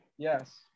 Yes